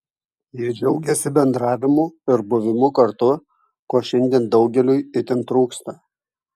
jie džiaugėsi bendravimu ir buvimu kartu ko šiandien daugeliui itin trūksta